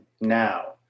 now